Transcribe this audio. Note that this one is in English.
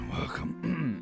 Welcome